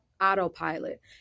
autopilot